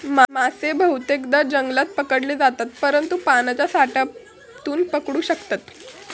मासे बहुतेकदां जंगलात पकडले जातत, परंतु पाण्याच्या साठ्यातूनपण पकडू शकतत